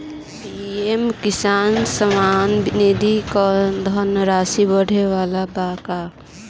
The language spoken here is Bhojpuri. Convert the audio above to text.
पी.एम किसान सम्मान निधि क धनराशि बढ़े वाला बा का?